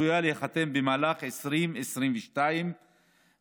הצפויה להיחתם במהלך 2022 והתחולה,